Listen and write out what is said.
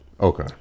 Okay